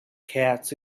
cats